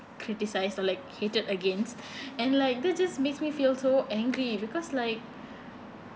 criticised or like hated against and like that just makes me feel so angry because like